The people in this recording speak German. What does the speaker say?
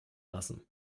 lassen